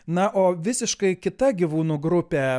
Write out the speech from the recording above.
na o visiškai kita gyvūnų grupė